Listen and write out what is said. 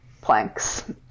planks